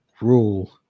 rule